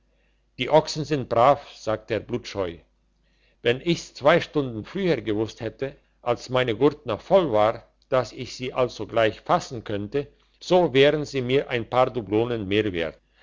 die ochsen sind brav sagte der blutscheu wenn ich's zwei stunden früher gewusst hätte als meine gurt noch voll war dass ich sie alsogleich fassen könnte so wären sie mir ein paar